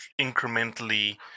incrementally